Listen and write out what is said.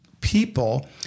people